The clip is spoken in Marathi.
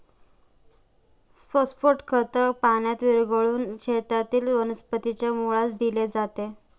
फॉस्फेट खत पाण्यात विरघळवून शेतातील वनस्पतीच्या मुळास दिले जाते